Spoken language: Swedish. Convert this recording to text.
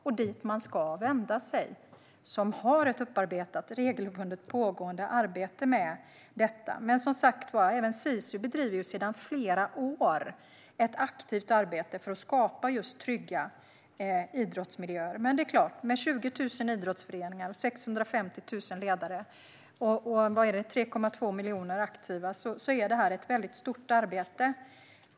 Det är dit man ska vända sig, för de har ett upparbetat och regelbundet arbete med detta. Även Sisu bedriver som sagt sedan flera år tillbaka ett aktivt arbete för att skapa trygga idrottsmiljöer. Men med 20 000 idrottsföreningar, 650 000 ledare och 3,2 miljoner aktiva är det såklart ett väldigt stort arbete.